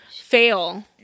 fail